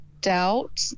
doubt